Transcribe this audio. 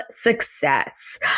success